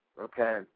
okay